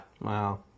Wow